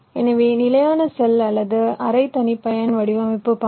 எனவே நிலையான செல் அல்லது அரை தனிப்பயன் வடிவமைப்பு பாணி